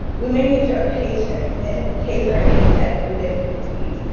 we may need your patience in case there are any technical difficulties,